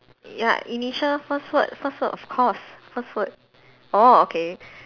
ya initial first word first word of course first word orh okay